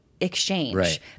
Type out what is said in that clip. Exchange